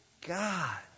God